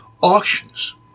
auctions